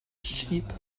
cheap